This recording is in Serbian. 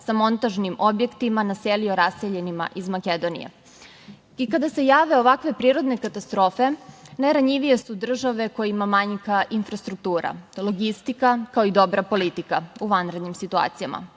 sa montažnim objektima, naselio raseljenima iz Makedonije. Kada se jave ovakve prirodne katastrofe, najranjivije su države kojima manjka infrastruktura, logistika, kao i dobra politika u vanrednim situacijama.